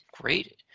Great